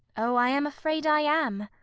oh, i am afraid i am.